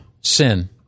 sin